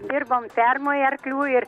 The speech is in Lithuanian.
dirbom fermoj arklių ir